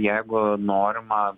jeigu norima